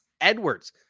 Edwards